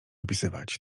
opisywać